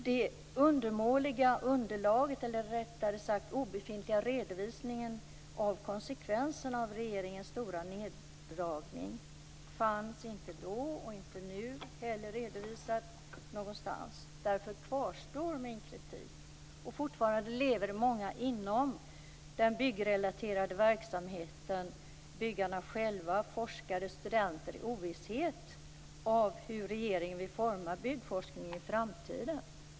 Det undermåliga underlaget, eller rättare sagt den obefintliga redovisningen av konsekvenserna av regeringens stora neddragning, fanns inte då och inte nu heller redovisat någonstans. Därför kvarstår min kritik. Fortfarande lever många inom den byggrelaterade verksamheten, byggarna själva, forskare och studenter, i ovisshet om hur regeringen vill forma byggforskningen i framtiden.